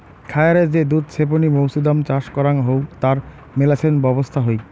খায়ারে যে দুধ ছেপনি মৌছুদাম চাষ করাং হউ তার মেলাছেন ব্যবছস্থা হই